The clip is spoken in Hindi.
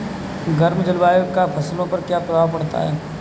गर्म जलवायु का फसलों पर क्या प्रभाव पड़ता है?